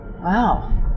wow